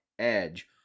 edge